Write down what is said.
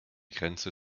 grenze